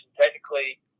Technically